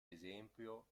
esempio